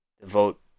devote